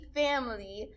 family